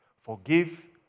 forgive